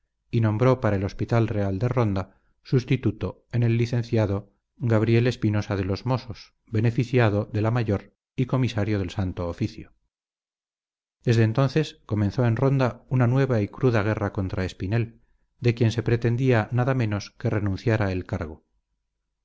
y nombró para el hospital real de ronda sustituto en el licenciado gabriel espinosa de los mossos beneficiado de la mavor y comisario del santo oficio desde entonces comenzó en ronda una nueva y cruda guerra contra espinel de quien se pretendía nada menos que renunciara el cargo